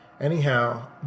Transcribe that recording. Anyhow